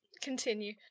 Continue